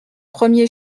premier